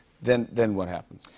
then then what happens?